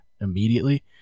immediately